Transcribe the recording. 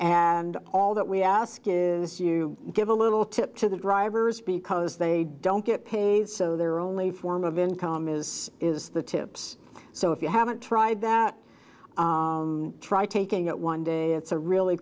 and all that we ask is you give a little tip to the drivers because they don't get paid so they're only form of income is is the tips so if you haven't tried that try taking it one day it's a really